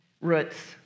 roots